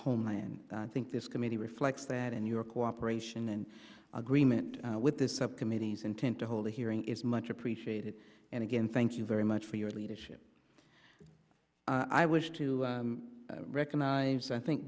homeland i think this committee reflects that and your cooperation and agreement with the subcommittees intent to hold a hearing is much appreciated and again thank you very much for your leadership i wish to recognize i think